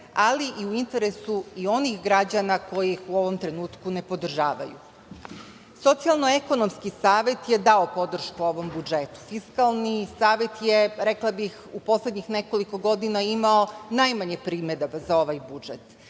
ali i u interesu i onih građana koji ih u ovom trenutku ne podržavaju. Socijalno-ekonomski savet je dao podršku ovom budžetu. Fiskalni savet je, rekla bih, u poslednjih nekoliko godina imao najmanje primedaba za ovaj budžet.